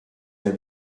der